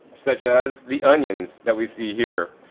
such as the onions that we see here.